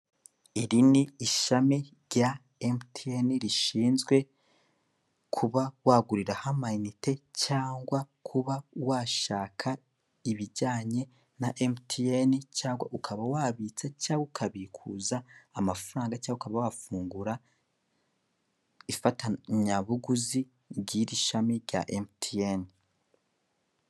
Iri ni ishami rya MTN rishinzwe kuba waguriraho amayinite cyangwa kuba washaka ibijyanye na MTN cyangwa ukaba wabitsa cyangwa ukabikuza amafaranga cyangwa wafungura ifatanyabuguzi ry'iri shami rya MTN.